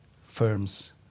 firms